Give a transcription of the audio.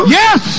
yes